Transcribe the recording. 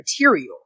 material